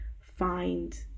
find